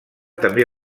també